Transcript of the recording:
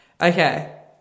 okay